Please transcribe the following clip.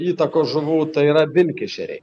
įtakos žuvų tai yra vilkešeriai